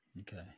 Okay